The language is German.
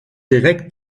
direkt